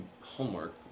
homework